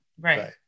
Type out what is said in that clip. right